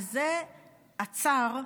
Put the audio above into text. וזה עצר,